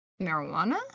marijuana